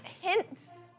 hints